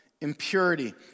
impurity